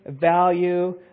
value